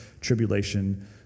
tribulation